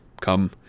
Come